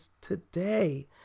today